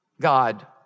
God